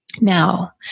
Now